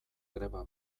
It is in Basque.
greba